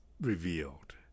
revealed